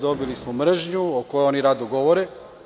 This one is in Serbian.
Dobili smo mržnju, o kojoj oni rado govore.